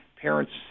Parents